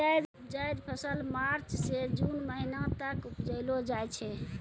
जैद फसल मार्च सें जून महीना तक उपजैलो जाय छै